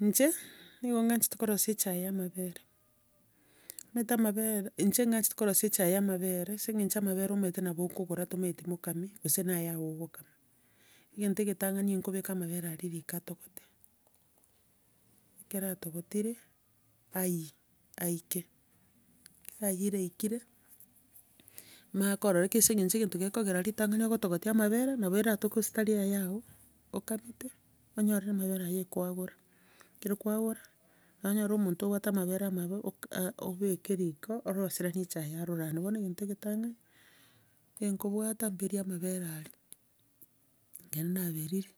Nche, nigo ng'anchete korosia echaye ya amabere omanyete amabere, inche ng'anchete korosia echaye ya amabere ase eng'encho amabere omanyete nabo okogora tomanyet mokamia, gose na ayago ogokama. Egento egetang'ani nkobeka amabere aria riko atogote. Ekero atogotire, aiyie, aike, ekero yaiiyire aikire, manye korora ekiya ase eng'encho egento gekogera ritang'ani ogotogotia amabere, nabo eratoke gose tari ayago, okagete onyorire amabere ekwagora. Ekero kwagora, na onyore omonto obwate amabere amabe, ok- o- obeke riko, oroseranie echae yarurana. Bono egento egetang'ani, nkobwata mberi amabere aria, ekero naberirie